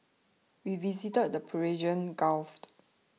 we visited the Persian Gulft